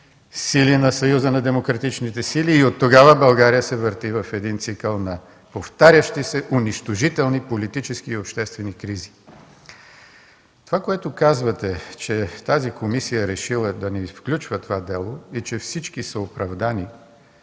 сили на Съюза на демократичните сили и оттогава България се върти в един цикъл на повтарящи се унищожителни политически и обществени кризи. Това, което казвате, че тази комисия е решила да не включва това дело и че всички са оправдани,